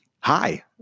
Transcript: Hi